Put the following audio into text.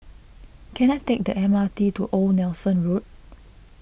can I take the M R T to Old Nelson Road